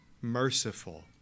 merciful